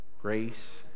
grace